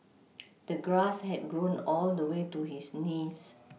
the grass had grown all the way to his knees